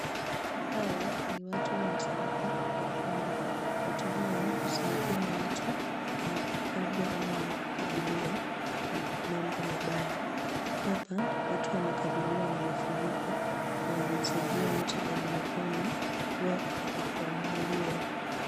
Hawa ni watu wa msalaba mwekundu. Watu hawa husaidia watu wanapokabwa au wanapokabiliwa na mambo mabaya. Hapa watu wamekabiliwa na mafuriko na wanamsaidia mtu aliyekwama huwa akikwamuliwa.